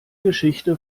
geschichte